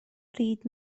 pryd